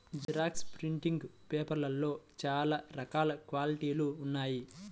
xerox printing పేపర్లలో చాలా రకాల క్వాలిటీలు ఉన్నాయి